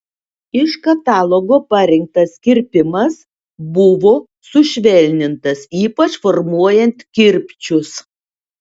iš katalogo parinktas kirpimas buvo sušvelnintas ypač formuojant kirpčius